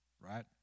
right